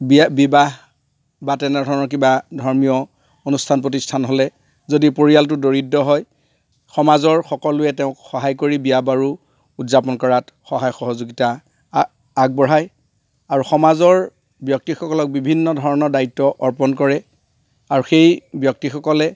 বিয়া বিবাহ বা তেনেধৰণৰ কিবা ধৰ্মীয় অনুষ্ঠান প্ৰতিষ্ঠান হ'লে যদি পৰিয়ালটো দৰিদ্ৰ হয় সমাজৰ সকলোৱে তেওঁক সহায় কৰি বিয়া বাৰু উদযাপন কৰাত সহায় সহযোগিতা আগবঢ়ায় আৰু সমাজৰ ব্যক্তিসকলক বিভিন্ন ধৰণৰ দায়িত্ব অৰ্পণ কৰে আৰু সেই ব্যক্তিসকলে